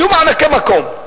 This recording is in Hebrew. היו מענקי מקום,